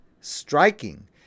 striking